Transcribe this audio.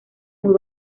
muy